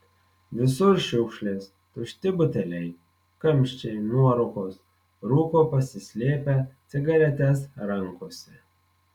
visur šiukšlės tušti buteliai kamščiai nuorūkos rūko pasislėpę cigaretes rankose